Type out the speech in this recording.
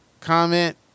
comment